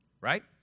right